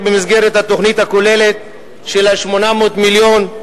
במסגרת התוכנית הכוללת של 800 המיליון,